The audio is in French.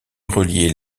relier